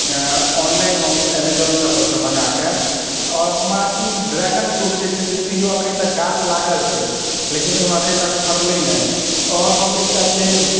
online हम एमेजोनसभ परसँ मङ्गाके आओर हमरा ई ड्रैगन फ्रूट जे छै से तैयो एखन तक गाछ लागल छै लेकिन ओहिमे एखन तक फड़लै नहि आओर हम एकटा छै